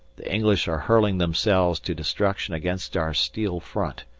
the english are hurling themselves to destruction against our steel front.